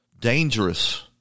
dangerous